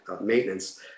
Maintenance